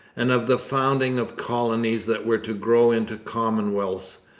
and of the founding of colonies that were to grow into commonwealths.